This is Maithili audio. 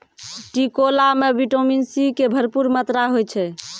टिकोला मॅ विटामिन सी के भरपूर मात्रा होय छै